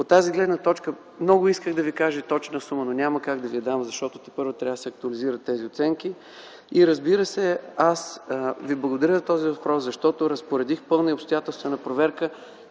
От тази гледна точка много исках да Ви кажа точна сума, но няма как да ви я дам, защото тепърва трябва да се актуализират тези оценки. Аз Ви благодаря за този въпрос, защото разпоредих пълна обстоятелствена проверка.